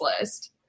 list